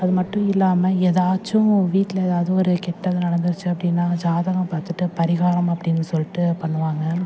அது மட்டும் இல்லாமல் ஏதாச்சும் வீட்டில் ஏதாவது ஒரு கெட்டது நடந்துடுச்சி அப்படின்னா ஜாதகம் பார்த்துட்டு பரிகாரம் அப்படின்னு சொல்லிட்டு பண்ணுவாங்க